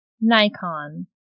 Nikon